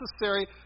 necessary